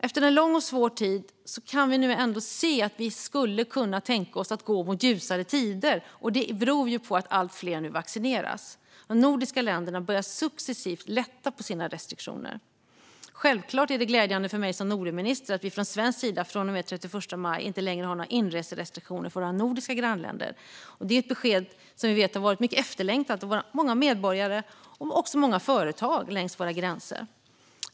Efter en lång och svår tid kan vi nu ändå se att det kan tänkas att vi skulle kunna gå mot ljusare tider. Det beror på att allt fler nu vaccineras. De nordiska länderna börjar successivt lätta på sina restriktioner. Självklart är det glädjande för mig som Nordenminister att vi från svensk sida från och med den 31 maj inte längre har några inreserestriktioner från våra nordiska grannländer. Det är ett besked som vi vet har varit mycket efterlängtat av många medborgare men också av många företag längs våra gränser.